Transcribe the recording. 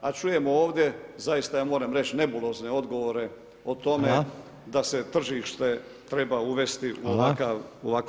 A čujem ovdje, zaista ja moram reći nebulozne odgovore o tome da se tržište treba uvesti u ovakve